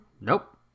nope